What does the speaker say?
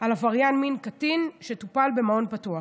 על עבריין מין קטין שטופל במעון פתוח.